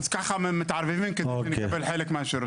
ככה מתערבבים כדי לקבל חלק מהשירותים.